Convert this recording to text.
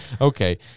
Okay